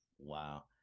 Wow